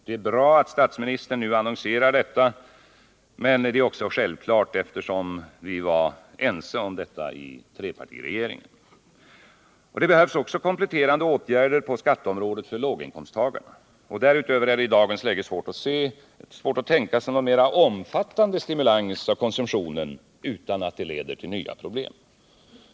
Det är bra att statsministern nu annonserar detta, men det är självklart, eftersom vi var ense härom i trepartiregeringen. Det behövs också kompletterande åtgärder på skatteområdet för låginkomsttagarna. Därutöver är det i dagens läge svårt att tänka sig någon mera omfattande stimulans av konsumtionen utan att det leder till nya problem.